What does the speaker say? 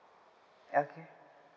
okay